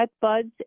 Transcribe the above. buds